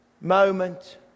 moment